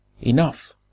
Enough